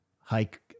Hike